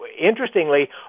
Interestingly